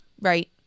right